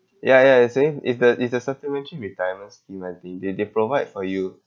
ya ya the same it's the it's the supplementary retirement scheme I think they they provide for you